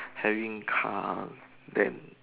having car then